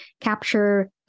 capture